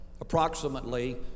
approximately